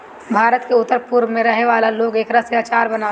भारत के उत्तर पूरब में रहे वाला लोग एकरा से अचार बनावेला